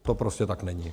To prostě tak není.